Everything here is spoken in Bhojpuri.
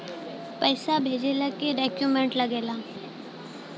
पैसा भेजला के का डॉक्यूमेंट लागेला?